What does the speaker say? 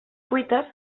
cuites